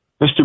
Mr